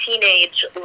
teenage